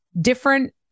different